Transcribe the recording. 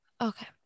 Okay